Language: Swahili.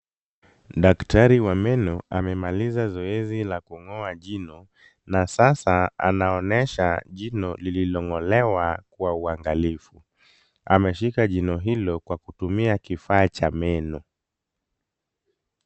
Daktari wa meno amemaliza zoezi la kung'oa jino na sasa anaonyesha jino lililong'olewa kwa uangalifu. Ameshika jino hilo kwa kutumia kifaa cha meno.